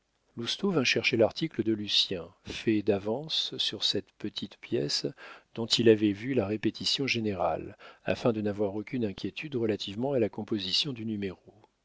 lousteau vint chercher l'article de lucien fait d'avance sur cette petite pièce dont il avait vu la répétition générale afin de n'avoir aucune inquiétude relativement à la composition du numéro